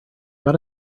got